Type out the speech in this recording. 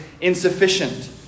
insufficient